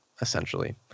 essentially